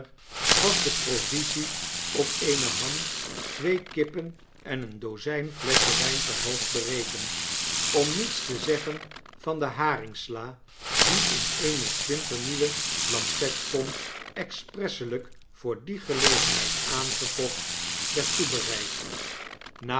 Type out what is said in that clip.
was de provisie op eene ham twee kippen en een dozijn flesschen wijn per hoofd berekend om niets te zeggen van de haringsla die in eene splinternieuwe lampetkom expresselijk voor die gelegenheid aangekocht werd toebereid na